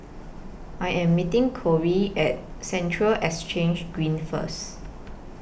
I Am meeting Corie At Central Exchange Green First